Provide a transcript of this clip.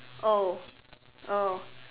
oh oh